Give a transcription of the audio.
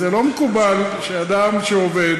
זה לא מקובל שאדם שעובד,